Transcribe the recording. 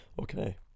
Okay